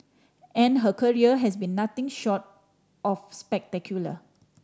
and her career has been nothing short of spectacular